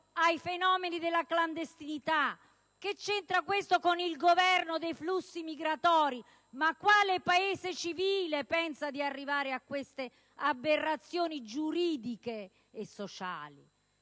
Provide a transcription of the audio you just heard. ai fenomeni della clandestinità? Che c'entra questo con il governo dei flussi migratori? Quale Paese civile pensa di arrivare a queste aberrazioni giuridiche e sociali?